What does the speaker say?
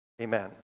Amen